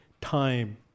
time